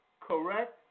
correct